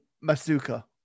Masuka